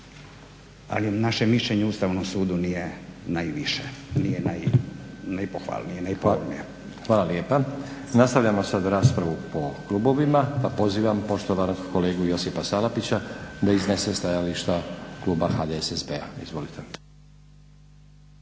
ali naše mišljenje o Ustavnom sudu nije najviše, najpohvalnije. **Stazić, Nenad (SDP)** Hvala lijepa. Nastavljamo sada raspravu po klubovima pa pozivam poštovanog kolegu Josipa Salapića da iznese stajališta kluba HDSSB-a. Izvolite.